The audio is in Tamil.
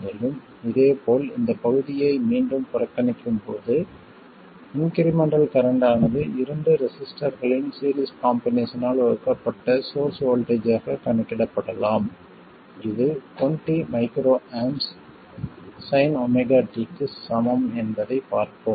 மேலும் இதேபோல் இந்த பகுதியை மீண்டும் புறக்கணிக்கும் போது இன்க்ரிமெண்டல் கரண்ட் ஆனது இரண்டு ரெசிஸ்டர்களின் சீரிஸ் காம்பினேஷனால் வகுக்கப்பட்ட சோர்ஸ் வோல்ட்டேஜ் ஆக கணக்கிடப்படலாம் இது 20µA sinωt க்குச் சமம் என்பதைப் பார்ப்போம்